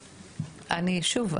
שוב,